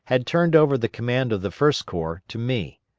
had turned over the command of the first corps to me.